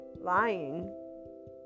lying